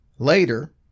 Later